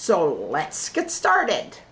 so let's get started